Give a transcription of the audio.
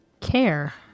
care